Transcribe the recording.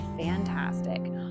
fantastic